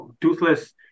toothless